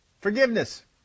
Forgiveness